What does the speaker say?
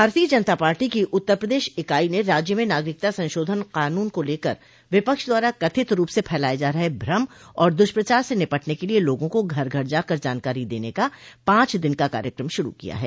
भारतीय जनता पार्टी की उत्तर प्रदेश इकाई ने राज्य में नागरिकता संशोधन कानून को लेकर विपक्ष द्वारा कथित रूप से फैलाये जा रहे भ्रम और दुष्प्रचार से निपटने के लिये लोगों को घर घर जाकर जानकारी देने का पांच दिन का कार्यक्रम शुरू किया है